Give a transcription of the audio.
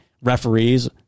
referees